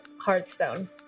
Hearthstone